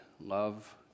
love